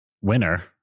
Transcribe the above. winner